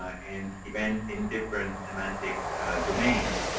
and events in different semantic domains,